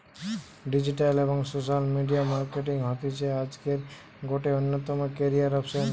digital এবং social media marketing হতিছে আজকের গটে অন্যতম ক্যারিয়ার অপসন